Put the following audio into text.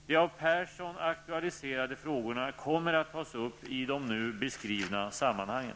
De av Persson aktualiserade frågorna kommer att tas upp i de nu beskrivna sammanhangen.